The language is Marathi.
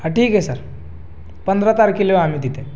हां ठीक आहे सर पंधरा तारखेला येऊ आम्ही तिथे